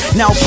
now